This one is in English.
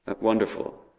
wonderful